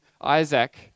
Isaac